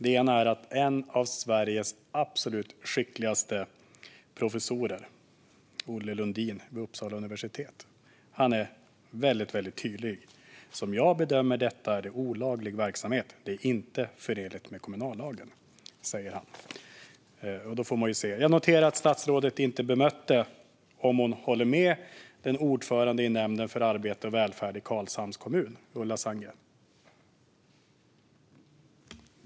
En är att en av Sveriges absolut skickligaste professorer, Olle Lundin vid Uppsala universitet, är väldigt tydlig: Som jag bedömer detta är det olaglig verksamhet, Det är inte förenligt med kommunallagen, säger han. Jag noterar att statsrådet inte bemötte om hon håller med ordföranden Ulla Sandgren i nämnden för arbete och välfärd i Karlshamns kommun.